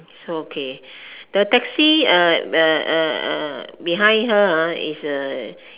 so okay the taxi uh uh uh uh behind her is a